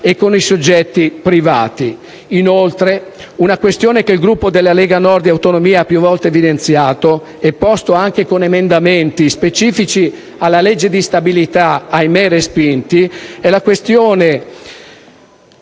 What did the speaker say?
e con i soggetti privati. Inoltre, una questione che il Gruppo della Lega Nord e Autonomie ha più volte evidenziato e posto, anche con emendamenti specifici alla legge di stabilità (ahimè, respinti), e che è stata